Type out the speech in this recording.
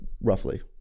roughly